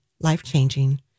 life-changing